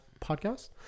podcast